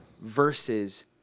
versus